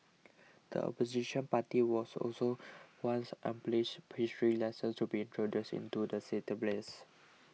the Opposition party was also wants unbiased history lessons to be introduced into the syllabus